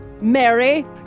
Mary